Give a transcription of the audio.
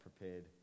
prepared